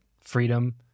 freedom